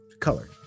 color